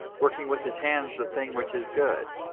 working with his hands the thing which is good,